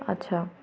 আচ্ছা